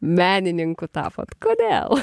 menininku tapot kodėl